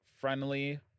Friendly